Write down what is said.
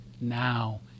now